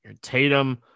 Tatum